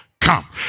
Come